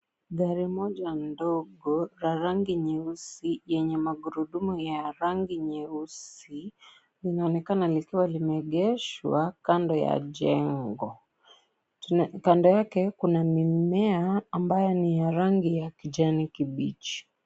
Gari moja ndogo la rangi nyeusi yenye magurudumu ya rangi nyeusi, linaonekana likiwa limeegeshwa kando ya jengo. Kando yake kuna mimea ambayo ni ya rangi ya kijani kibichi.